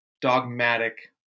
dogmatic